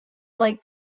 like